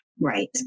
Right